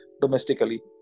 domestically